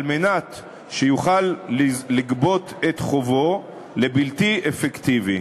מנת שיוכל לגבות את חובו לבלתי אפקטיבי.